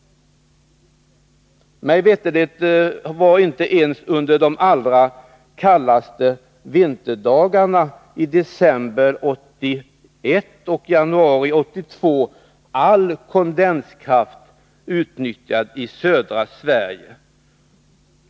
Mig veterligt var inte ens under de allra kallaste vinterdagarna i december 1981 och januari 1982 all kondenskraft utnyttjad i södra Sverige.